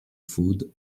food